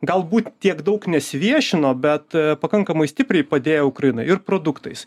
galbūt tiek daug nesiviešino bet pakankamai stipriai padėjo ukrainai ir produktais